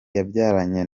yabyaranye